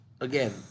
again